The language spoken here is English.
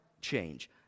change